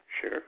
Sure